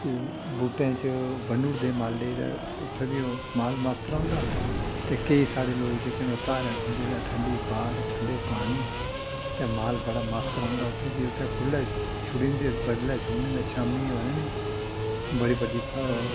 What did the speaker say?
ते बूह्टें च ब'न्नी ओड़दे माल्लै गी ते उत्थै भी ओह् माल मस्त रौंह्दा ते केईं साढ़े लोक जेह्के न ओह् धारें उठी औंदे ते ठंडी ब्हा ते ठंडे पानी ते माल बड़ा मस्त रौंह्दा उत्थै कि उत्थै खु'ल्ले छोड़ी दिंदे बडलै छोड़ने ते शामीं ओह् आह्नने बड़ी बड्डी उत्थै ओह्